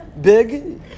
big